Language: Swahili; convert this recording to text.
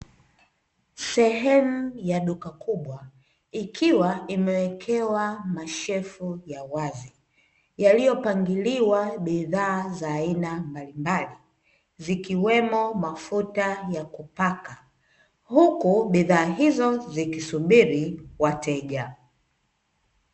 Sehemu ya duka kubwa ikiwa imewekewa mashelfu ya wazi yaliyopangiliwa bidhaa mbalimbali, zikiwemo mafuta ya kupaka. Huku bidhaa hizo zikisubiri wateja.